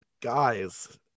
guys